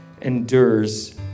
endures